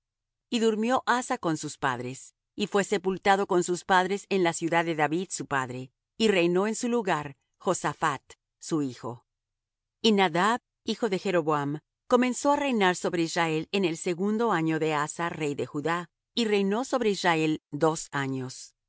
y durmió asa con sus padres y fué sepultado con sus padres en la ciudad de david su padre y reinó en su lugar josaphat su hijo y nadab hijo de jeroboam comenzó á reinar sobre israel en el segundo año de asa rey de judá y reinó sobre israel dos años